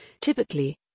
Typically